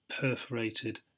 perforated